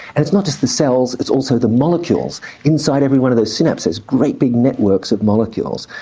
and it's not just the cells it's also the molecules inside every one of those synapses, great big networks of molecules.